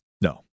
No